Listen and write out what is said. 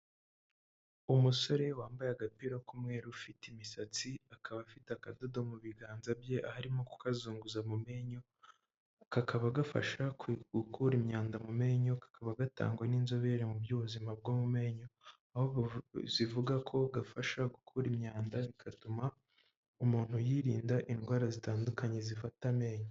Umusore wambaye agapira k'umweru ufite imisatsi akaba afite akadodo mu biganza bye aho arimo kukazunguza mu menyo kakaba gafasha gukura imyanda mu menyo kakaba gatangwa n'inzobere mu by'ubuzima bwo mu menyo aho zivuga ko gafasha gukura imyanda bigatuma umuntu yirinda indwara zitandukanye zifata amenyo.